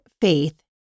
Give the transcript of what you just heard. faith